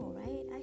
right